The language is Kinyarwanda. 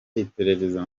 iperereza